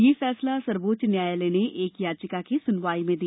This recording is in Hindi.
ये फैसला सर्वोच्च न्यायालय ने एक याचिका की सुनवाई में दिया